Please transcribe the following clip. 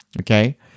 okay